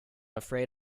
afraid